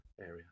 area